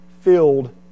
filled